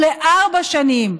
הוא לארבע שנים.